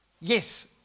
yes